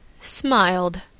smiled